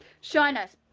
shyness